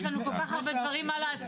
יש לנו כל כך הרבה מה לעשות,